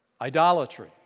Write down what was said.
Idolatry